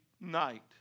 night